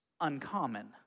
uncommon